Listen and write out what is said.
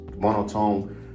monotone